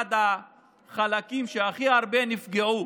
אחד החלקים שהכי הרבה נפגעו